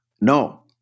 No